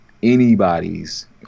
Anybody's